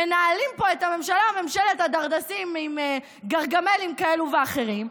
מנהלים פה את הממשלה ממשלת הדרדסים עם גרגמלים כאלה ואחרים,